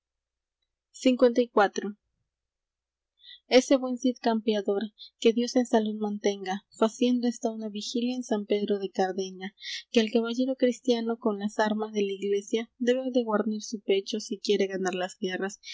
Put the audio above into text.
cid campeador que dios en salud mantenga faciendo está una vigilia en san pedro de cardeña que el caballero cristiano con las armas de la iglesia debe de guarnir su pecho si quiere ganar las guerras